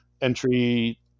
entry